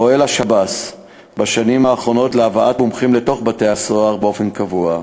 פועל השב"ס בשנים האחרונות להבאת מומחים לתוך בתי-הסוהר באופן קבוע,